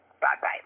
bye-bye